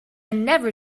never